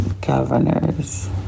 governors